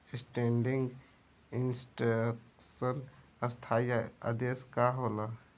Standing instruction स्थाई आदेश का होला?